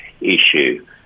issue